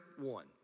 one